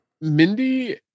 Mindy